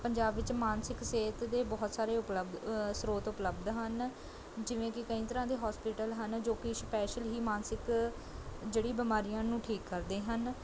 ਪੰਜਾਬ ਵਿੱਚ ਮਾਨਸਿਕ ਸਿਹਤ ਦੇ ਬਹੁਤ ਸਾਰੇ ਉਪਲਬਧ ਸ੍ਰੋਤ ਉਪਲਬਧ ਹਨ ਜਿਵੇਂ ਕਿ ਕਈ ਤਰ੍ਹਾਂ ਦੇ ਹੋਸਪਿਟਲ ਹਨ ਜੋ ਕਿ ਸਪੈਸ਼ਲ ਹੀ ਮਾਨਸਿਕ ਜਿਹੜੀ ਬਿਮਾਰੀਆਂ ਨੂੰ ਠੀਕ ਕਰਦੇ ਹਨ